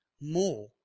more